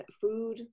food